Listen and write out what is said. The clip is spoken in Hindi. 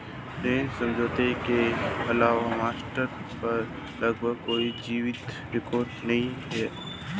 ऋण समझौते के अलावा मास्टेन पर लगभग कोई जीवित रिकॉर्ड नहीं है